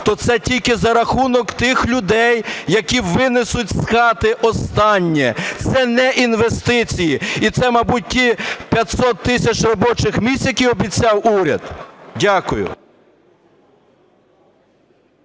то це тільки за рахунок тих людей, які винесуть з хати останнє, це не інвестиції. І це, мабуть, ті 500 тисяч робочих місць, які обіцяв уряд. Дякую.